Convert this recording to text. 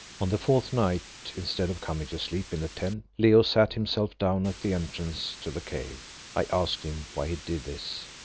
on the fourth night, instead of coming to sleep in the tent leo sat himself down at the entrance to the cave. i asked him why he did this,